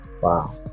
Wow